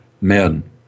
Men